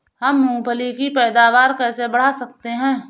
हम मूंगफली की पैदावार कैसे बढ़ा सकते हैं?